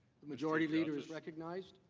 the majority leader is recognized.